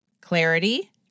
Clarity